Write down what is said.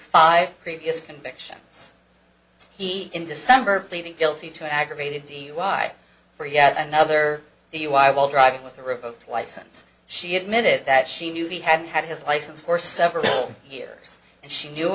five previous convictions he in december pleaded guilty to aggravated dui for yet another u i while driving with a revoked license she admitted that she knew he had had his license for several years and she knew